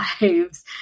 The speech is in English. lives